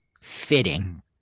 fitting